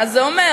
מה זה אומר?